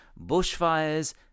bushfires